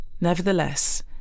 Nevertheless